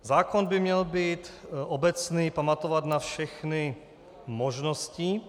Zákon by měl být obecný, pamatovat na všechny možnosti.